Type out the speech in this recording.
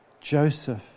Joseph